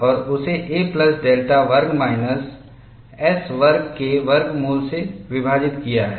और उसे a plus delta वर्ग माइनस s वर्ग के वर्गमूल से विभाजित किया है